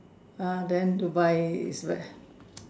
ah then Dubai is where